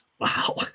wow